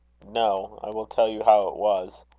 no. i will tell you how it was.